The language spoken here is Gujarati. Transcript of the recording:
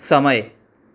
સમય